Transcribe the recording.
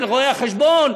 של רואי-החשבון,